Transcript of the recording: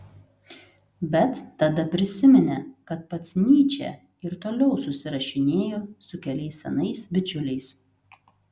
bet tada prisiminė kad pats nyčė ir toliau susirašinėjo su keliais senais bičiuliais